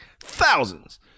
thousands